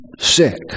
sick